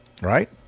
right